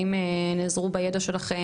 האם נעזרו בידע שלכם?